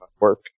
work